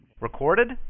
Recorded